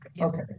Okay